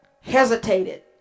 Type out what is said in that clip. hesitated